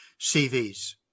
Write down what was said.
CVs